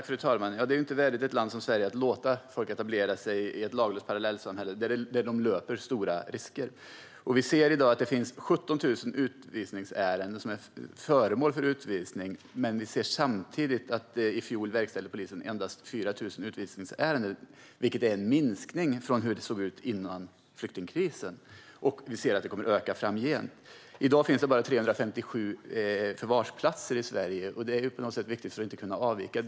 Fru talman! Det är inte värdigt ett land som Sverige att låta folk etablera sig i ett laglöst parallellsamhälle där de löper stora risker. Det finns nu 17 000 personer som är föremål för utvisning, men i fjol verkställde polisen endast 4 000 utvisningsärenden, vilket är en minskning jämfört med hur det såg ut före flyktingkrisen. Vi ser också att detta framgent kommer att öka. I dag finns det bara 357 förvarsplatser i Sverige. De är viktiga för att personer inte ska kunna avvika.